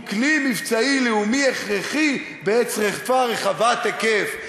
כלי מבצעי לאומי הכרחי בעת שרפה רחבת היקף.